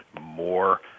more